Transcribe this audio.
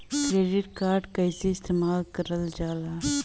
Credit card कईसे इस्तेमाल करल जाला?